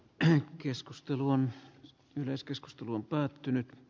tähän keskusteluun yleiskeskusteluun päätynyt d